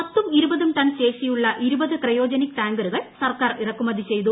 പത്തും ഇരുപതും ടൺ ശേഷിയുള്ള ഇരുപത് ക്രയോജനിക് ടാങ്കറുകൾ സർക്കാർ ഇറക്കുമതി ചെയ്തു